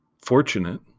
fortunate